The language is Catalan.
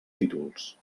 títols